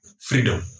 freedom